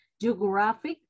geographic